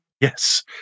Yes